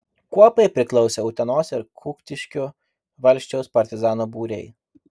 kuopai priklausė utenos ir kuktiškių valsčiaus partizanų būriai